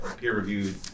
peer-reviewed